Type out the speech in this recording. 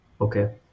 okay